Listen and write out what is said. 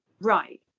right